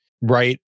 right